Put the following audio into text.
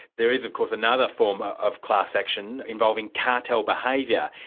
there is of course another form of class action involving cartel behaviour.